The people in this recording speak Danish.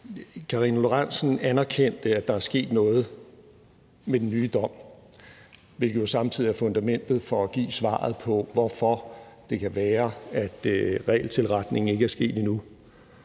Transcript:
Karina Lorentzen Dehnhardt anerkendte, at der er sket noget med den nye dom, hvilket jo samtidig er fundamentet for at give svaret på, hvordan det kan være, at regeltilretningen ikke er sket endnu